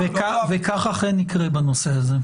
וכך אכן יקרה בנושא הזה.